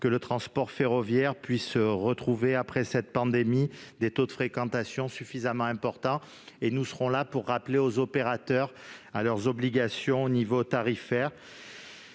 que le transport ferroviaire puisse retrouver, après cette pandémie, des taux de fréquentation suffisamment importants. Nous serons là pour rappeler les opérateurs à leurs obligations tarifaires.